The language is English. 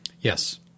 Yes